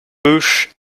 bush